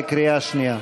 בקריאה שנייה.